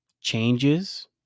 changes